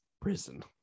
prison